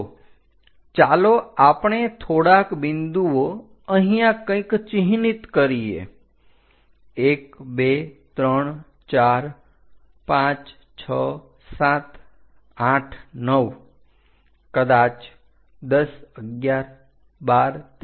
તો ચાલો આપણે થોડાક બિંદુઓ અહીંયા કંઈક ચિહ્નિત કરીએ 123456789 કદાચ 10111213 અને 14